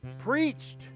preached